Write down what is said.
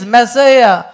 Messiah